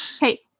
hey